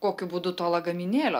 kokiu būdu to lagaminėlio